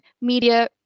media